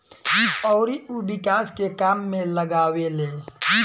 अउरी उ विकास के काम में लगावेले